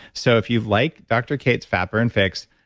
so if you've liked dr. cate's fatburn fix,